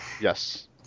Yes